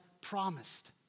promised